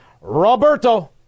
Roberto